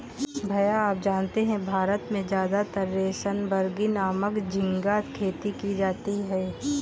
भैया आप जानते हैं भारत में ज्यादातर रोसेनबर्गी नामक झिंगा खेती की जाती है